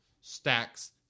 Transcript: stacks